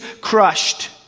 crushed